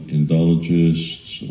Indologists